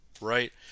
right